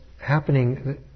happening